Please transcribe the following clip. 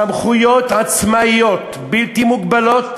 סמכויות עצמאיות בלתי מוגבלות